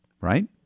right